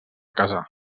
casar